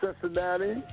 Cincinnati